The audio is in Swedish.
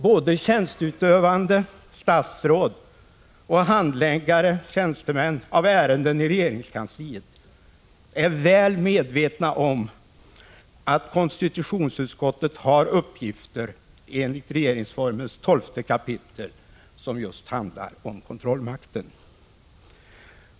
Både tjänsteutövande statsråd och handläggare av ärenden i regeringskansliet är väl medvetna om att konstitutionsutskottet har uppgifter enligt regeringsformens 12:e kapitel, vilket just handlar om kontrollmakten.